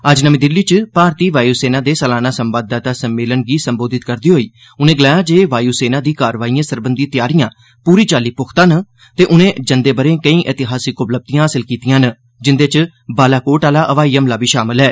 अज्ज नमीं दिल्ली च भारती वायु सेना दे सलाना संवाददाता सम्मेलन गी संबोधित करदे होई उनें गलाया जे वायु सेना दी कार्रवाईए सरबंधी तैयारियां पूरी चाल्ली पुख्ता न ते उनें जंदे ब'रे केई ऐतिहासिक उपलब्धियां हासल कीतीआं न जिंदे च बालाकोट आह्ला ब्हाई हमला बी शामल ऐ